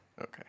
Okay